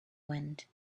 wind